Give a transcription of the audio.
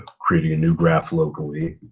creating a new graph locally,